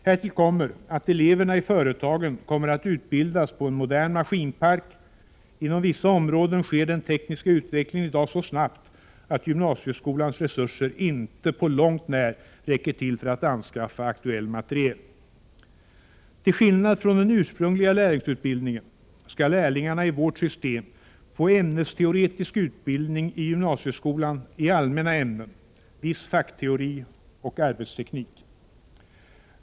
Härtill kommer att eleverna i företagen kommer att utbildas på en modern maskinpark. Inom vissa områden sker den tekniska utvecklingen i dag så snabbt att gymnasieskolans resurser inte på långt när räcker till för att anskaffa aktuell materiel. Till skillnad från den ursprungliga lärlingsutbildningen skall lärlingarna i vårt system få ämnesteoretisk utbildning i gymnasieskolan i allmänna ämnen, viss fackteori och arbetsteknik.